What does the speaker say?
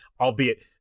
Albeit